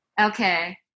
Okay